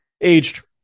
aged